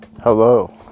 Hello